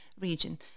region